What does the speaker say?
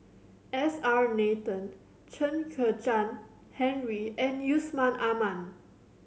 S R Nathan Chen Kezhan Henri and Yusman Aman